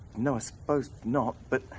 no, i suppose not but